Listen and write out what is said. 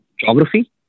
Geography